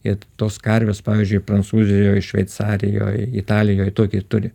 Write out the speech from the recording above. i tos karvės pavyzdžiui prancūzijoj šveicarijoj italijoj tokį turi